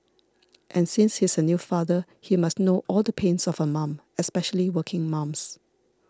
and since he's a new father he must know all the pains of a mum especially working mums